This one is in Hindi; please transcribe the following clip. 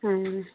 हम्म